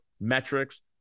metrics